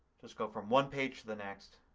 just go from one page to the next.